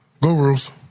gurus